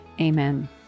Amen